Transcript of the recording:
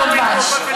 לא דבש.